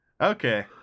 Okay